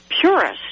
purist